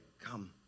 come